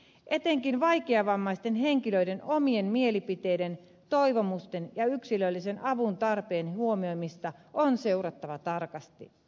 etenkin vaikeavammaisten henkilöiden omien mielipiteiden toivomusten ja yksilöllisen avun tarpeen huomioimista on seurattava tarkasti